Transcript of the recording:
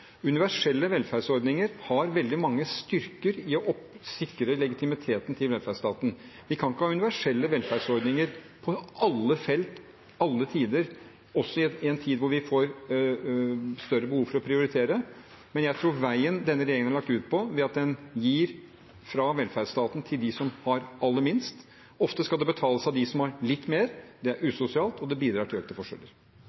Universelle velferdsordninger har sin styrke i å sikre legitimiteten til velferdsstaten. Vi kan ikke ha universelle velferdsordninger på alle felt, til alle tider, også i en tid da vi får større behov for å prioritere. Men jeg tror veien denne regjeringen har lagt ut på, ved at en gir fra velferdsstaten til dem som har aller minst, og det ofte skal betales av dem som har litt mer, er